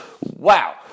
Wow